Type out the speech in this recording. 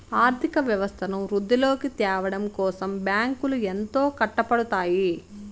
ఆర్థిక వ్యవస్థను వృద్ధిలోకి త్యావడం కోసం బ్యాంకులు ఎంతో కట్టపడుతాయి